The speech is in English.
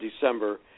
December